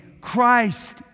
Christ